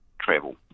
travel